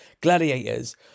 Gladiators